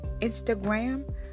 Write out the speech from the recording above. Instagram